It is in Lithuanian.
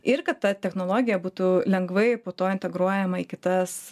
ir kad ta technologija būtų lengvai po to integruojama į kitas